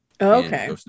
okay